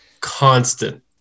constant